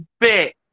bit